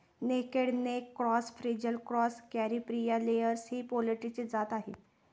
naked neck cross, frizzle cross, Caripriya layers ही पोल्ट्रीची जात आहे